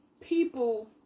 people